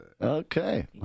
Okay